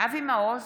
אבי מעוז,